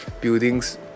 buildings